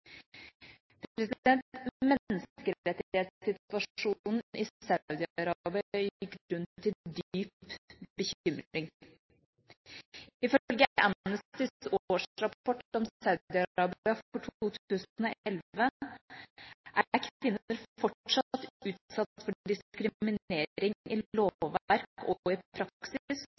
i Saudi-Arabia gir grunn til dyp bekymring. I følge Amnestys årsrapport om Saudi-Arabia for 2011, er kvinner fortsatt utsatt for diskriminering i lovverk og i praksis, og de utsettes for vold både i